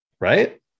right